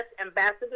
ambassador